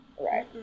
right